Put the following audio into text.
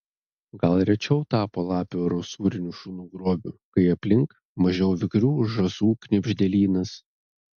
gal rečiau tapo lapių ar usūrinių šunų grobiu kai aplink mažiau vikrių žąsų knibždėlynas